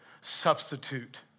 substitute